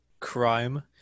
crime